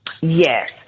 Yes